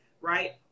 right